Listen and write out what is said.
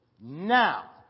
now